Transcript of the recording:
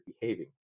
behaving